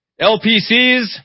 LPCs